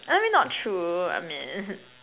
I mean not true I mean